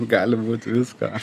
gali būt visko